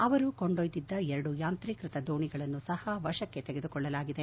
ಅವರು ಕೊಂಡೊಯ್ಲಿದ್ದ ಎರಡು ಯಾಂತ್ರೀಕೃತ ದೋಣಿಗಳನ್ನು ಸಹ ವಶಕ್ಕೆ ತೆಗೆದುಕೊಳ್ಳಲಾಗಿದೆ